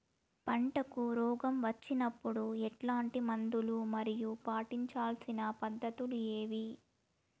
పంటకు రోగం వచ్చినప్పుడు ఎట్లాంటి మందులు మరియు పాటించాల్సిన పద్ధతులు ఏవి?